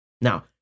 Now